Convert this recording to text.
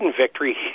victory